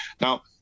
Now